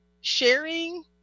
sharing